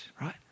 right